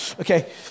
okay